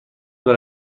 برای